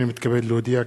אני מתכבד להודיע,